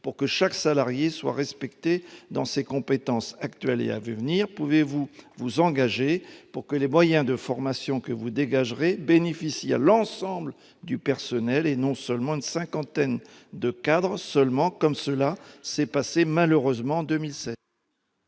pour que chaque salarié soit respecté dans ses compétences actuelles et à venir ? Pouvez-vous vous engager à ce que les moyens de formation dégagés bénéficient à l'ensemble du personnel, et non à une cinquantaine de cadres, seulement, comme cela s'est malheureusement produit